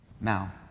Now